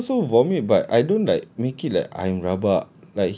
I I also vomit but I don't like make it like I'm rabak